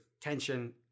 tension